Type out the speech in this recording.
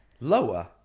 Lower